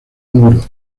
muros